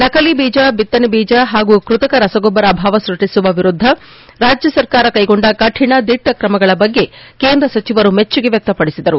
ನಕಲಿ ಬೀಜ ಬಿತ್ತನೆ ಬೀಜ ಮತ್ತು ಕೃತಕ ರಸಗೊಬ್ಬರ ಅಭಾವ ಸೃಷ್ಟಿಸುವ ವಿರುದ್ಧ ರಾಜ್ಯ ಸರ್ಕಾರ ಕೈಗೊಂಡ ಕಠಿಣ ದಿಟ್ಟ ಕ್ರಮಗಳ ಬಗ್ಗೆ ಕೇಂದ್ರ ಸಚಿವರು ಮೆಚ್ಚುಗೆ ವ್ಯಕ್ತಪಡಿಸಿದರು